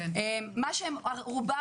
רובם